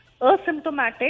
asymptomatic